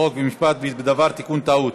חוק ומשפט בדבר תיקון טעות.